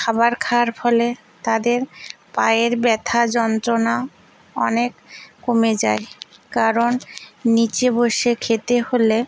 খাবার খাওয়ার ফলে তাদের পায়ের ব্যথা যন্ত্রণা অনেক কমে যায় কারণ নীচে বসে খেতে হলে